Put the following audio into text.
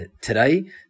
today